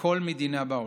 מכל מדינה בעולם,